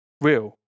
real